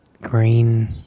Green